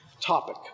topic